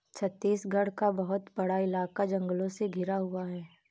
छत्तीसगढ़ का बहुत बड़ा इलाका जंगलों से घिरा हुआ है